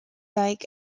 dyck